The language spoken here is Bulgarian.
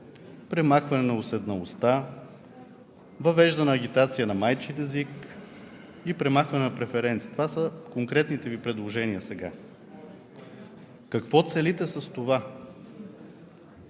премахване на уседналостта, въвеждане агитация на майчин език и премахване на преференциите“. Това са конкретните Ви предложения сега. Какво целите с това?